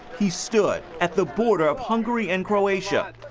he stood at the border of hungary and croatia,